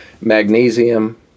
magnesium